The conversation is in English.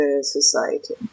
society